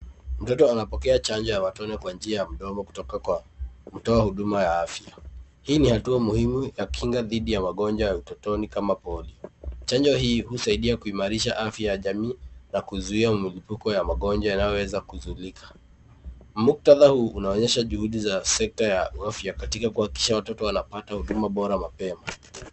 Mtoto anapokea chanjo ya matone kwa njia ya mdomo kutoka kwa mtoa huduma ya afya. Hii ni hatua muhimu ya kinga didhi ya magonjwa ya utotoni kama polio. Chanjo hii husaidia kuimarisha afya ya jamii ya kuzuia mlupiko ya magonjwa yanayoweza kuzuilika. Muktadha huu unaonyesha juhudi za sekta ya afya katika kuhakikisha watoto wanapata huduma bora mapema.